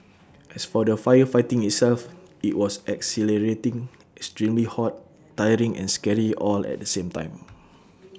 as for the firefighting itself IT was exhilarating extremely hot tiring and scary all at the same time